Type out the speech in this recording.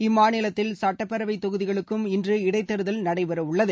இம்மாநிலத்தில் சட்டப்பேரவைத் தொகுதிகளுக்கும் இன்று இடைத்தேர்தல் நடைபெறவுள்ளது